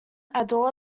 daughter